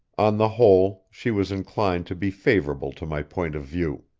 on the whole she was inclined to be favorable to my point of view.